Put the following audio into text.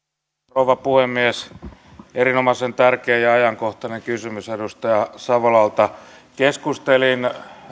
rouva puhemies erinomaisen tärkeä ja ajankohtainen kysymys edustaja savolalta keskustelin